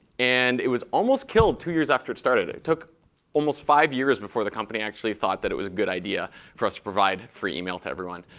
and it was almost killed two years after it started. it took almost five years before the company actually thought that it was a good idea for us to provide free email to everyone,